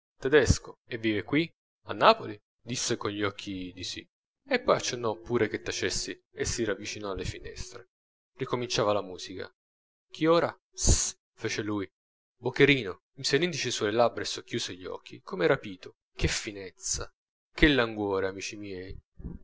tetesco e vive qui a napoli disse con gli occhi di sì e poi accennò pure che tacessi e si riavvicinò alle finestre ricominciava la musica chi ora psst fece lui bocherino mise l'indice sulle labbra e socchiuse gli occhi come rapito che finezza che languore amici miei